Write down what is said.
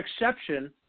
exception